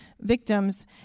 victims